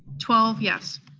twelve yes.